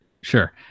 Sure